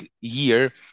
year